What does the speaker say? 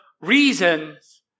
reasons